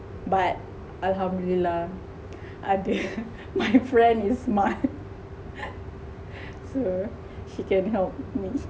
but alhamdulillah ada my friend is smart so she can help me